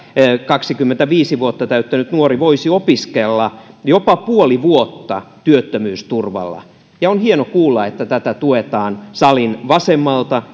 kaksikymmentäviisi vuotta täyttänyt nuori voisi opiskella jopa puoli vuotta työttömyysturvalla ja on hienoa kuulla että tätä tuetaan salin vasemmalta